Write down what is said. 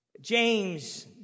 james